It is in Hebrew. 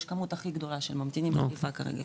יש כמות הכי גדולה של ממתינים בחיפה כרגע,